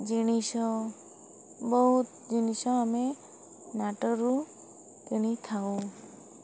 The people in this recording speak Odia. ଜିନିଷ ବହୁତ ଜିନିଷ ଆମେ ନାଟରୁ କିଣିଥାଉ